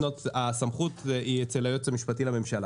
הסמכות היא אצל היועץ המשפטי לממשלה.